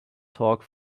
talk